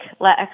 let